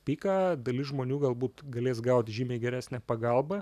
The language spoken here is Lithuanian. piką dalis žmonių galbūt galės gaut žymiai geresnę pagalbą